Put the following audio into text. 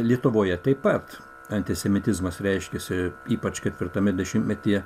lietuvoje taip pat antisemitizmas reiškiasi ypač ketvirtame dešimtmetyje